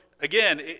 again